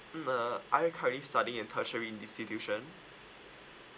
mm uh are you currently studying in tertiary institution